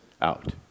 out